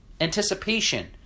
Anticipation